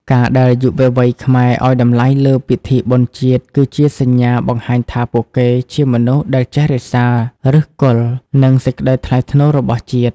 ការដែលយុវវ័យខ្មែរឱ្យតម្លៃលើពិធីបុណ្យជាតិ គឺជាសញ្ញាបង្ហាញថាពួកគេជាមនុស្សដែលចេះរក្សា "ឫសគល់" និងសេចក្ដីថ្លៃថ្នូររបស់ជាតិ។